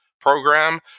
program